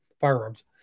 firearms